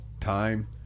time